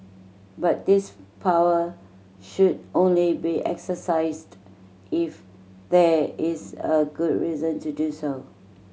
but this power should only be exercised if there is a good reason to do so